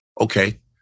Okay